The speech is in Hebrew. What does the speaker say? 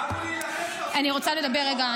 באנו להילחם בשביל שתפסיקו לתת שוחד לח"כים.